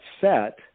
set